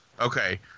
okay